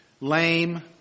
lame